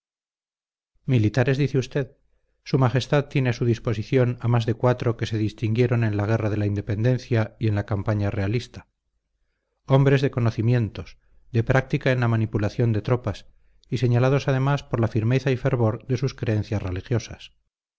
militares dice usted su majestad tiene a su disposición a más de cuatro que se distinguieron en la guerra de la independencia y en la campaña realista hombres de conocimientos de práctica en la manipulación de tropas y señalados además por la firmeza y fervor de sus creencias religiosas